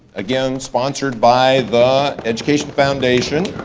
again sponsored by the education foundation.